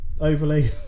overly